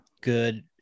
good